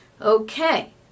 Okay